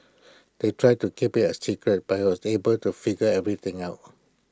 they tried to keep IT A secret but was able to figure everything out